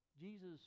Jesus